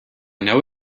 know